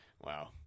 Wow